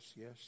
yes